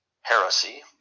heresy